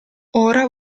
ora